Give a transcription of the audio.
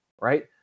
Right